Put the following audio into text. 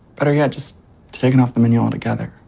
better yet, just taken off the menu altogether